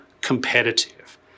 competitive